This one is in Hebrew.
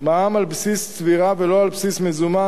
מע"מ על בסיס צבירה ולא על בסיס מזומן,